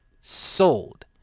sold